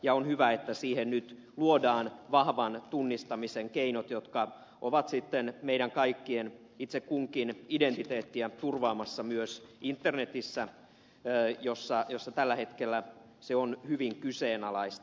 ja on hyvä että siihen nyt luodaan vahvan tunnistamisen keinot jotka ovat sitten meidän kaikkien itse kunkin identiteettiä turvaamassa myös internetissä jossa tällä hetkellä se on hyvin kyseenalaista